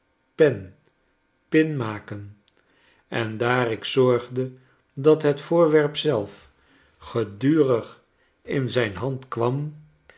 pen pin maken en daar ik zorgde dat het voorwerp zelf gedurig in zijn hand kwam